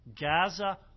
gaza